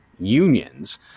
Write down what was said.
Unions